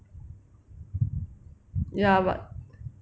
ya but